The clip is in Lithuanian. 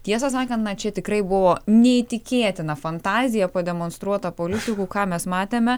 tiesa sakant na čia tikrai buvo neįtikėtina fantazija pademonstruota politikų ką mes matėme